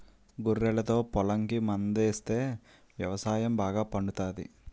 గొర్రెలతో పొలంకి మందాస్తే వ్యవసాయం బాగా పండుతాది